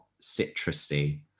citrusy